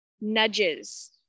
nudges